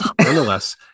nonetheless